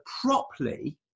properly